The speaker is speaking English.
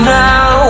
now